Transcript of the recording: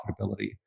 profitability